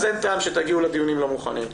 אז אין טעם שתגיעו לדיונים לא מוכנים.